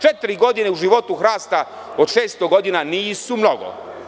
Četiri godine u životu hrasta od 600 godina nisu mnogo.